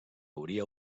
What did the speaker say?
hauria